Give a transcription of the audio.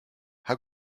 how